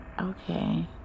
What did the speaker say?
okay